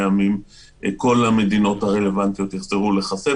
ימים כל המדינות הרלוונטיות יחזרו לחסן.